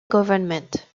government